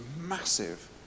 massive